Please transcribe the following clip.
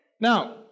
Now